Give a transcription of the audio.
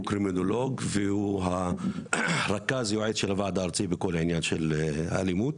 הוא קרימינולוג והוא רכז של הוועדה הארצית בכל הנושא של האלימות,